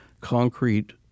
concrete